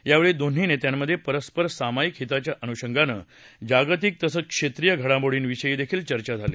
यावेळी दोन्ही नेत्यांमध्ये परस्पर सामईक हिताच्या अनुषंगानं जागतिक तसंच क्षेत्रीय घडामोडींविषयीदेखील चर्चा झाली